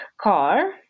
car